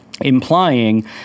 Implying